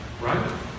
Right